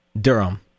Durham